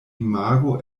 imago